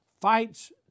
fights